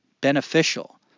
beneficial